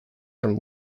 from